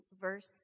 verse